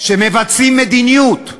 שמבצעים מדיניות.